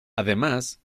además